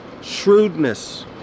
shrewdness